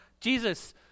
Jesus